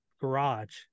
garage